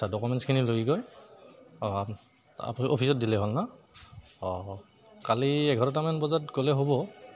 আচ্ছা ডকুমেণ্টছখিনি লৈ গৈ অঁ অফিচত দিলেই হ'ল ন' অঁ কালি এঘাৰটামান বজাত গ'লে হ'ব